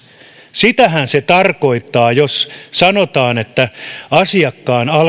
sitähän se tarkoittaa jos sanotaan että asiakkaan